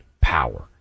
power